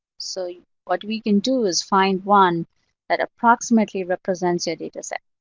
so what we can do is find one that approximately represents your data set.